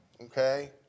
okay